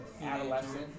adolescent